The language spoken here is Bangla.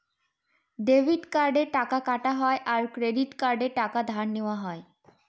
ডেবিট কার্ডে টাকা কাটা হয় আর ক্রেডিট কার্ডে টাকা ধার নেওয়া হয়